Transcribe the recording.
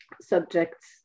subjects